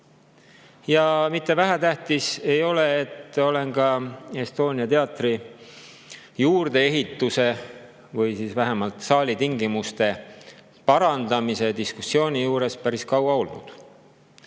ja mitte vähetähtis ei ole see, et olen Estonia teatri juurdeehituse või vähemalt saali tingimuste parandamise diskussiooni juures päris kaua olnud.